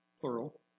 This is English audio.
plural